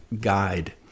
guide